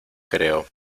creo